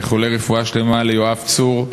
איחולי רפואה שלמה ליואב צור,